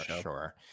sure